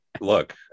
Look